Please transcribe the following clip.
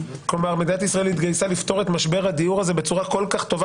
מדינת ישראל התגייסה לפתור את משבר הדיור בצורה כל כך טובה